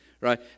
Right